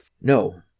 no